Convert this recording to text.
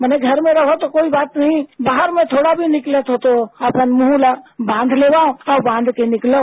माना घर में रहो तो कोई बात नहीं बाहर में थोड़ा भी निकलो तो मुंह बांध लेवा और बांध कर निकलो